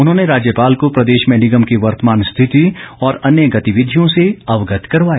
उन्होंने राज्यपाल को प्रदेश में निगम की वर्तमान स्थिति और अन्य गतिविधियों से अवगत करवाया